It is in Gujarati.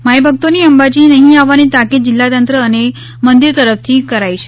માઈ ભક્તોને અંબાજી નહીં આવવાની તાકીદ જિલ્લા તંત્ર અને મંદિર તરફ થી કરાઇ છે